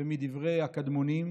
ומדברי הקדמונים,